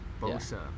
Bosa